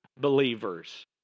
believers